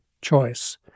choice